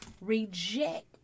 reject